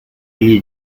you